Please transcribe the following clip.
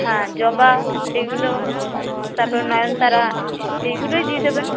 হ্যাঁ জবা এইগুলো তারপর নয়নতারা এইগুলোই দিয়ে দেবেন